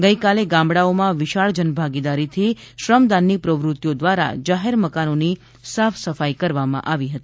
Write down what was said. ગઇકાલે ગામડાઓમાં વિશાળ જનભાગીદારીથી શ્રમદાનની પ્રવૃત્તિઓ દ્વારા જાહેર મકાનોની સાફ સફાઇ કરવામાં આવી હતી